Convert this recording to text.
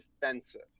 defensive